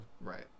Right